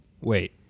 Wait